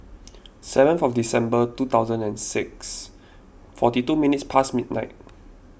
seven for December two thousand and six forty two minutes post midnight